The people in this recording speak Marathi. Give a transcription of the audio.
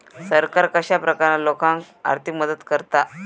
सरकार कश्या प्रकारान लोकांक आर्थिक मदत करता?